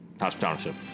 Hospitality